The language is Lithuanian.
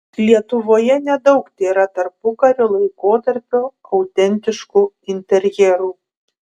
lietuvoje nedaug tėra tarpukario laikotarpio autentiškų interjerų